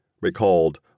recalled